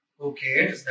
Okay